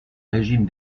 régime